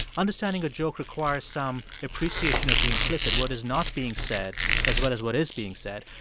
understanding a joke requires some appreciation of the implicit what is not being said as well as what is being said.